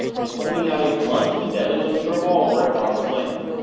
was holding out a blunt, deadly looking revolver at arm's length.